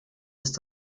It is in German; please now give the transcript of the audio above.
ist